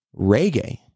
reggae